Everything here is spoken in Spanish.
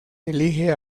elige